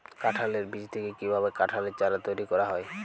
কাঁঠালের বীজ থেকে কীভাবে কাঁঠালের চারা তৈরি করা হয়?